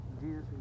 Jesus